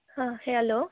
ಹಾಂ ಹೇ ಅಲೋ